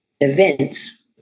events